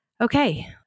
okay